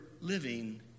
living